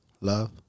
love